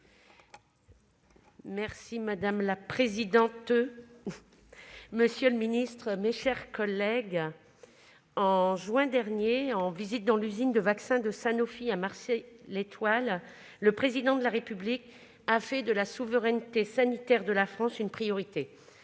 de loi. Madame la présidente, monsieur le secrétaire d'État, mes chers collègues, en juin dernier, en visite dans l'usine de vaccins de Sanofi à Marcy-L'Étoile, le Président de la République a fait de la souveraineté sanitaire de la France une priorité.